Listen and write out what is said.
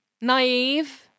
Naive